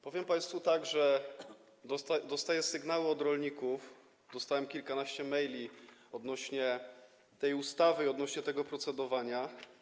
Powiem państwu, że dostaję sygnały od rolników, dostałem kilkanaście maili, odnośnie do tej ustawy i odnośnie do tego procedowania.